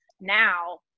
now